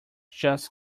just